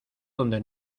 donde